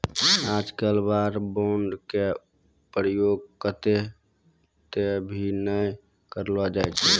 आजकल वार बांड के प्रयोग कत्तौ त भी नय करलो जाय छै